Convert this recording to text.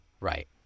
Right